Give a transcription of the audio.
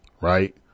right